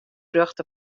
rjochte